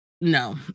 no